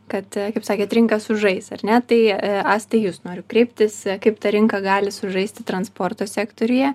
kad kaip sakėt rinka sužais ar ne tai asta į jus noriu kreiptis kaip ta rinka gali sužaisti transporto sektoriuje